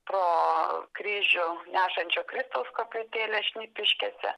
pro kryžių nešančio kristaus koplytėlę šnipiškėse